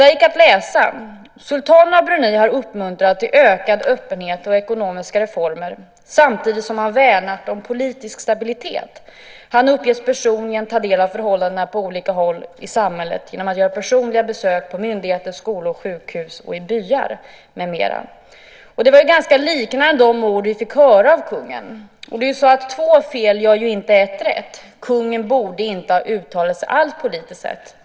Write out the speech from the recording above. Där gick att läsa: Sultanen av Brunei har uppmuntrat till ökad öppenhet och ekonomiska reformer samtidigt som han värnat om politisk stabilitet. Han uppges personligen ta del av förhållandena på olika håll i samhället genom att göra personliga besök på myndigheter, skolor, sjukhus, i byar med mera. Det liknade ganska mycket de ord vi fick höra av kungen. Två fel gör ju inte ett rätt - kungen borde inte ha uttalat sig alls politiskt.